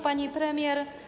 Pani Premier!